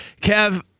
Kev